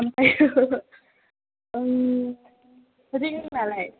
ओमफ्रायो रिंआलाय